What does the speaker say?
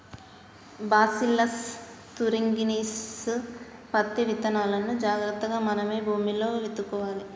bacillus thuringiensis పత్తి విత్తనాలును జాగ్రత్తగా మనమే భూమిలో విత్తుకోవాలి